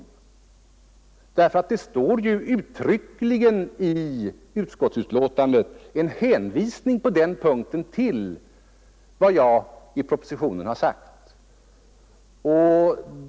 I utskottsutlåtandet finns det på den punkten en uttrycklig hänvisning till vad jag uttalat i propositionen.